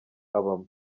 abamo